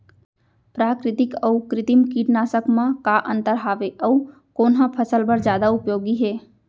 प्राकृतिक अऊ कृत्रिम कीटनाशक मा का अन्तर हावे अऊ कोन ह फसल बर जादा उपयोगी हे?